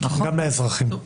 גם לאזרחים.